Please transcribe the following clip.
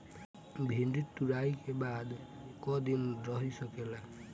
भिन्डी तुड़ायी के बाद क दिन रही सकेला?